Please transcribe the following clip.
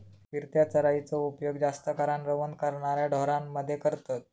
फिरत्या चराइचो उपयोग जास्त करान रवंथ करणाऱ्या ढोरांमध्ये करतत